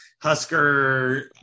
Husker